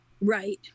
right